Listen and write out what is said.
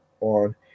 on